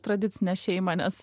tradicinę šeimą nes